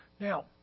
Now